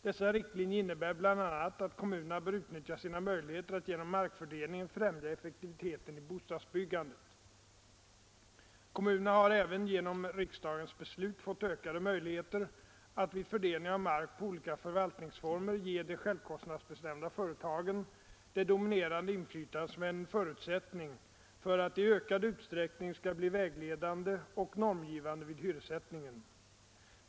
Dessa riktlinjer innebär bl.a. att kommunerna bör utnyttja sina möjligheter att genom markfördelningen främja effektiviteten i bostadsbyggandet. Kommunerna har även genom riksdagens beslut fått ökade möjligheter att vid fördelning av mark på olika förvaltningsformer ge de självkostnadsbestämda företagen det dominerande inflytande som är en förutsättning för att de i ökad utsträckning skall bli vägledande och normgivande vid hyressättningen.